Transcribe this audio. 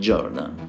Jordan